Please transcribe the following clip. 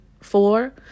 Four